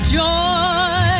joy